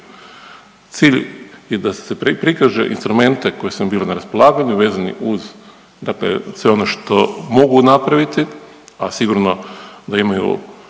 Cilj je da se prikaže instrumente koji su nam bili na raspolaganju vezani uz, dakle sve ono što mogu napraviti, a sigurno da imaju